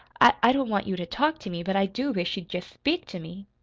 i don't want you to talk to me, but i do wish you'd just speak to me.